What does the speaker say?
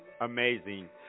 Amazing